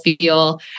feel